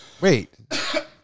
Wait